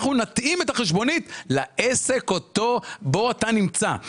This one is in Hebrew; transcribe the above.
אנחנו נתאים את החשבונית לעסק בו אתה נמצא.